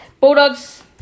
Bulldogs